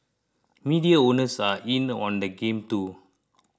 media owners are in on the game too